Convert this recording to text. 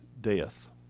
death